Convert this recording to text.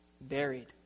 buried